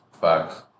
Facts